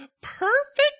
Perfect